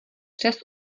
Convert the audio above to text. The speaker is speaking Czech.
přes